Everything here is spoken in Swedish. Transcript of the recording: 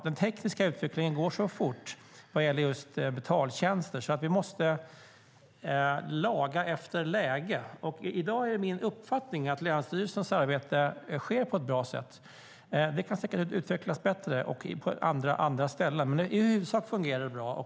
Den tekniska utvecklingen vad gäller betaltjänster går så fort att vi måste laga efter läge. I dag är det min uppfattning att länsstyrelsens arbete sker på ett bra sätt. Det kan säkert utvecklas bättre och på andra ställen, men i huvudsak fungerar det bra.